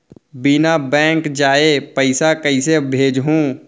बिना बैंक जाये पइसा कइसे भेजहूँ?